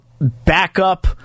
backup